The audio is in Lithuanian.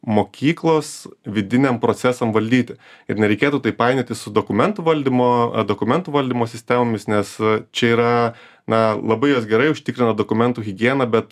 mokyklos vidiniam procesam valdyti ir nereikėtų tai painioti su dokumentų valdymo dokumentų valdymo sistemomis nes čia yra na labai jos gerai užtikrina dokumentų higieną bet